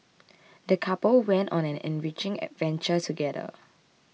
the couple went on an enriching adventure together